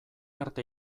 arte